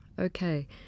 Okay